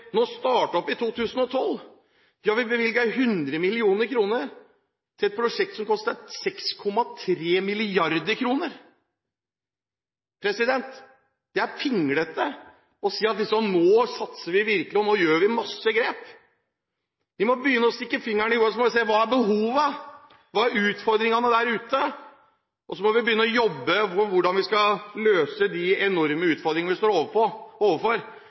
100 mill. kr til et prosjekt som koster 6,3 mrd. kr, er det pinglete. Det er pinglete å si at nå satser vi virkelig, og nå tar vi mange grep. Vi må stikke fingeren i jorda og se på: Hvilke behov er det? Hvilke utfordringer er det der ute? Så må vi begynne å jobbe med hvordan vi skal løse de enorme utfordringene vi står overfor.